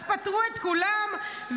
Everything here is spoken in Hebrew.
אז פטרו את כולם,